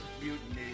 Mutiny